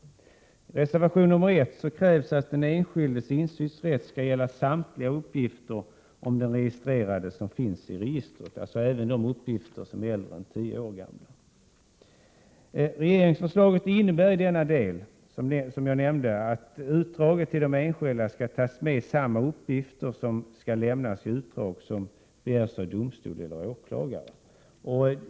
I reservation 1 krävs att den enskildes insynsrätt skall gälla samtliga uppgifter om den registrerade som finns i registret, alltså även de uppgifter som är äldre än tio år gamla. Regeringsförslaget innebär i denna del, som jag nämnde, att i utdraget till den enskilde skall tas med samma uppgifter som tas med i utdrag som begärs av domstol eller åklagare.